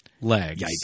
legs